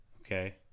Okay